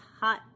hot